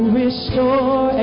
restore